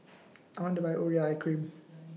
I want to Buy Urea Cream